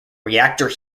reactor